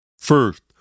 first